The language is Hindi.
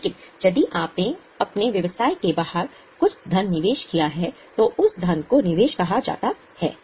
लेकिन यदि आपने अपने व्यवसाय के बाहर कुछ धन निवेश किया है तो उस धन को निवेश कहा जाता है